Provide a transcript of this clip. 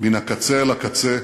מן הקצה אל הקצה.